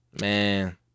Man